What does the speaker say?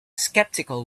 skeptical